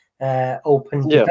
open